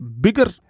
bigger